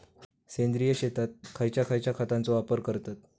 सेंद्रिय शेतात खयच्या खयच्या खतांचो वापर करतत?